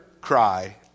cry